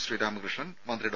ശ്രീരാമകൃഷ്ണൻ മന്ത്രി ഡോ